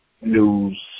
news